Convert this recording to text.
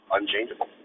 unchangeable